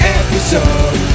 episode